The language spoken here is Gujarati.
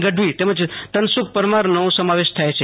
ગઢવી તેમજ તનસુખ પરમારનો સમાવેશ થાય છે